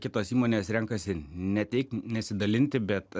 kitos įmonės renkasi ne tik nesidalinti bet